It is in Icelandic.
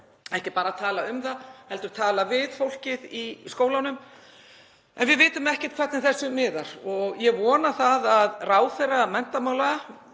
ekki bara tala um það heldur tala við fólkið í skólunum. En við vitum ekkert hvernig þessu miðar. Ég vona að ráðherra menntamála